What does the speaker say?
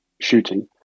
shooting